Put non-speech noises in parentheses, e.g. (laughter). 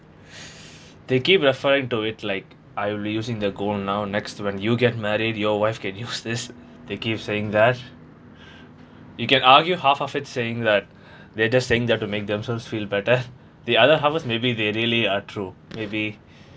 (noise) they keep referring to it like I'll be using the gold now next when you get married your wife can use this they keep saying that you can argue half of it saying that they're just saying there to make themselves feel better the other half is maybe they really are true maybe